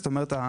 זאת אומרת,